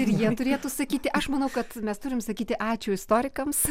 ir jie turėtų sakyti aš manau kad mes turim sakyti ačiū istorikams